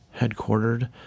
headquartered